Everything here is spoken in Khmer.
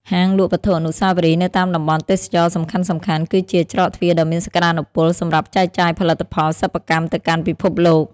ហាងលក់វត្ថុអនុស្សាវរីយ៍នៅតាមតំបន់ទេសចរណ៍សំខាន់ៗ គឺជាច្រកទ្វារដ៏មានសក្ដានុពលសម្រាប់ចែកចាយផលិតផលសិប្បកម្មទៅកាន់ពិភពលោក។